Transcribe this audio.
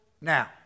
now